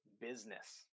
business